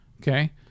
Okay